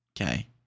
Okay